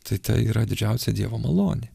tai yra didžiausia dievo malonė